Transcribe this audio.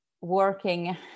working